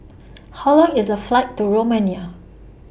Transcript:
How Long IS The Flight to Romania